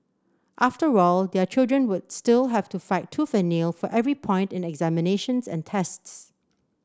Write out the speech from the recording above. after all their children would still have to fight tooth and nail for every point in examinations and tests